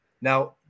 Now